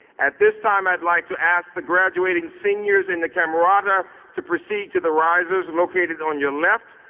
at this time i'd like to ask the graduating seniors in the camerata to proceed to the risers located on your left.